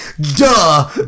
Duh